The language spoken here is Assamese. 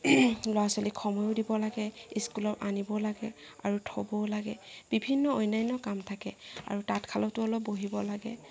ল'ৰা ছোৱালীক সময়ো দিব লাগে স্কুলৰ পৰা আনিবও লাগে আৰু থবও লাগে বিভিন্ন অন্যান্য কাম থাকে আৰু তাত শালতো অলপ বহিব লাগে